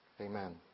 Amen